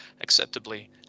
acceptably